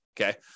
Okay